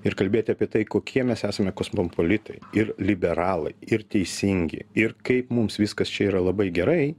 ir kalbėti apie tai kokie mes esame kosmopolitai ir liberalai ir teisingi ir kaip mums viskas čia yra labai gerai